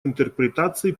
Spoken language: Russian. интерпретации